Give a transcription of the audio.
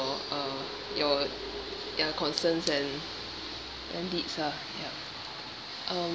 uh your your concerns and needs ah ya uh